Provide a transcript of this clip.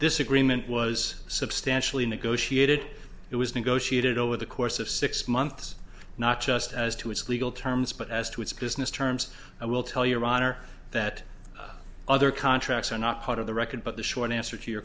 this agreement was substantially negotiated it was negotiated over the course of six months not just as to its legal terms but as to its business terms i will tell your honor that other contracts are not part of the record but the short answer to your